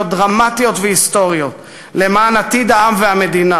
דרמטיות והיסטוריות למען עתיד העם והמדינה,